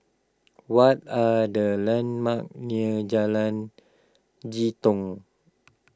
what are the landmarks near Jalan Jitong